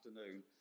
afternoon